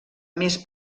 més